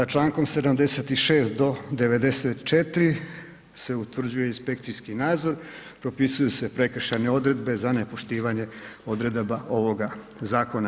Člankom 76. do 94. se utvrđuje inspekcijski nadzor, propisuju se prekršajne odredbe za nepoštivanje odredaba ovoga zakona.